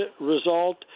result